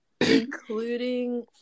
Including